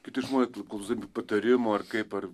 kiti žmonės klausdami patarimo ar kaip ar